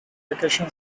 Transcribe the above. vacation